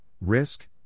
risk